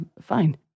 fine